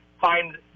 find